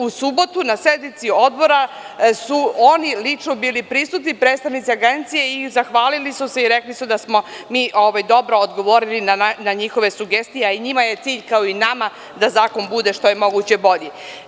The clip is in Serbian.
U subotu na sednici Odbora su oni lično bili prisutni, predstavnici agencije i zahvalili su se i rekli su da smo mi dobro odgovorili na njihove sugestija, a i njima je cilj kao i nama da zakon bude što je moguće bolji.